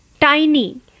tiny